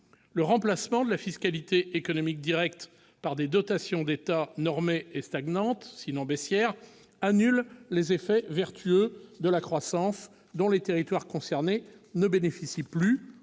Le remplacement de la fiscalité économique directe par des dotations d'État normées et stagnantes, sinon en baisse, annule les effets vertueux de la croissance, dont les territoires concernés ne bénéficient plus,